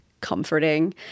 comforting